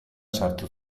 sartu